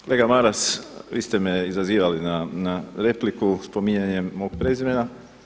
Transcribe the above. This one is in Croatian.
Kolega Maras, vi ste me izazivali na repliku spominjanjem mog prezimena.